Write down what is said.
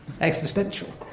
Existential